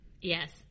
Yes